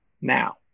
now